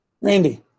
Randy